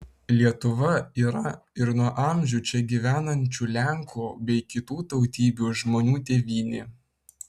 lietuva yra ir nuo amžių čia gyvenančių lenkų bei kitų tautybių žmonių tėvynė